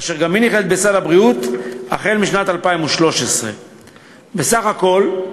אשר גם היא נכללת בסל הבריאות מאז שנת 2013. בסך הכול,